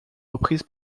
reprise